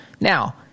now